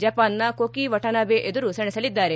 ಜಪಾನ್ನ Koki Watanabe ಎದುರು ಸೆಣಸಲಿದ್ದಾರೆ